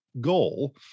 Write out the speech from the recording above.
goal